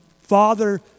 father